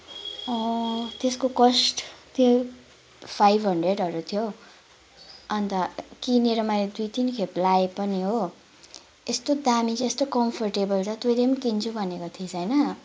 अँ त्यसको कस्ट थियो फाइभ हन्ड्रेडहरू थियो अन्त किनेर मैले दुई तिनखेप लगाएँ पनि हो यस्तो दामी कि यस्तो कम्फोर्टेबल छ तैँले पनि किन्छु भनेको थिइस् होइन